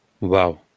Wow